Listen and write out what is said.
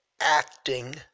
acting